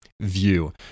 view